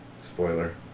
spoiler